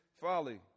folly